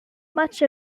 much